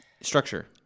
structure